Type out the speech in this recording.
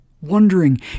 wondering